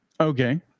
Okay